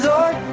Lord